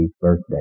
birthday